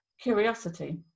Curiosity